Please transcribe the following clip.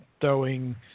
throwing